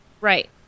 right